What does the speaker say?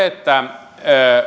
että